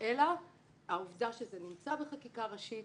אלא העובדה שזה נמצא בחקיקה ראשית